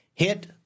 Hit